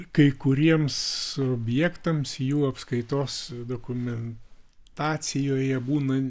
kai kuriems subjektams jų apskaitos dokumentacijoje būna